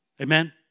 Amen